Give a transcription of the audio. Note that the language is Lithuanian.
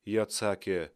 ji atsakė